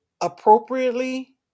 appropriately